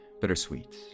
bittersweet